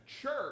church